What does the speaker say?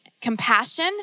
compassion